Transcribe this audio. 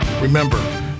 Remember